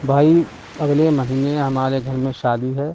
بھائی اگلے مہینے ہمارے گھر میں شادی ہے